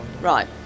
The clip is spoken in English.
Right